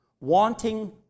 wanting